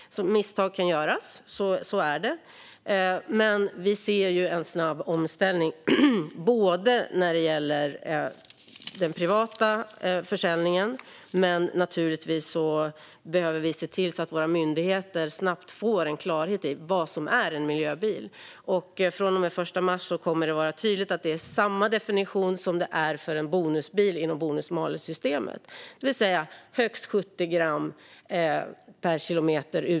Misstag kan göras. Vi ser en snabb omställning när det gäller den privata försäljningen, men naturligtvis behöver vi se till att våra myndigheter snabbt får en klarhet i vad som är en miljöbil. Från och med den 1 mars kommer det att vara tydligt att det är samma definition som för en bonusbil inom bonus-malus-systemet, det vill säga högst 70 gram utsläpp per kilometer.